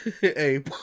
Hey